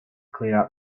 clear